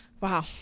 Wow